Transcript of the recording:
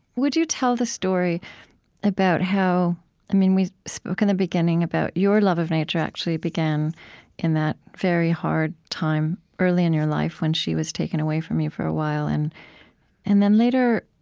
would you tell the story about how we spoke in the beginning about your love of nature actually began in that very hard time, early in your life, when she was taken away from you for a while and and then, later,